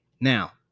Now